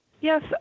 Yes